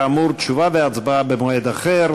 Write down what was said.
כאמור, תשובה והצבעה במועד אחר.